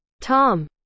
Tom